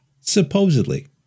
Supposedly